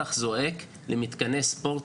נשטח זועק למתקני ספורט.